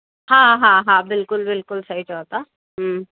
हा हा हा बिल्कुलु बिल्कुलु सही चओ था हम्म